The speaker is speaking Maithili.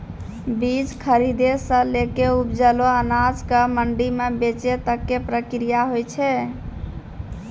बीज खरीदै सॅ लैक उपजलो अनाज कॅ मंडी म बेचै तक के प्रक्रिया हौय छै